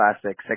classic